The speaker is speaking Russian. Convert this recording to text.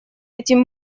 этим